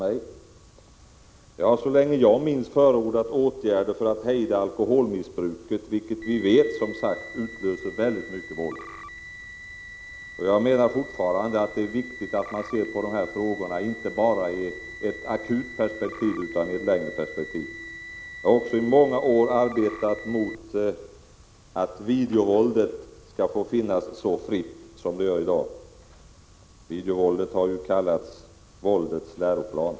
Men jag har så länge jag minns förordat åtgärder för att hejda alkoholmissbruket, vilket som vi ju vet utlöser väldigt mycket våld. Jag menar fortfarande att det är viktigt att se på dessa frågor inte bara i ett akut perspektiv, utan i ett längre perspektiv. Jag har också i många år arbetat mot att videovåldet skall få förekomma så fritt som det gör i dag. Videovåldet har ju kallats våldets läroplan.